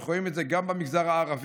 אנחנו רואים את זה גם במגזר הערבי,